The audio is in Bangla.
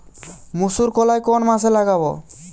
মুসুরকলাই কোন মাসে লাগাব?